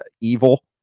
evil